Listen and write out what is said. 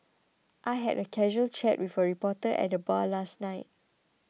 I had a casual chat with a reporter at the bar last night